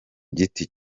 giti